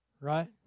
Right